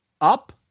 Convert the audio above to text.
up